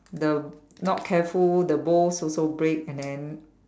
the not careful the bowls also break and then